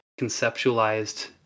conceptualized